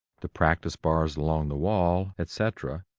the practice bars along the wall, etc,